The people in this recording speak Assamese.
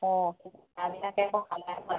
অঁ